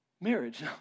marriage